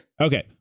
Okay